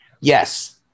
Yes